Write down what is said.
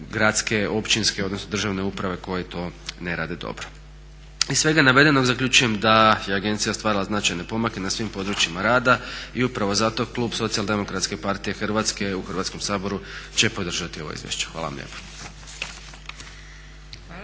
gradske, općinske odnosno državne uprave koje to ne rade dobro. Iz svega navedenog zaključujem da je agencija ostvarila značajne pomake na svim područjima rad i upravo zato klub SDP-a Hrvatske u Hrvatskom saboru će podržati ovo izvješće. Hvala vam lijepo.